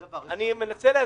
אני מנסה להסביר.